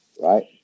Right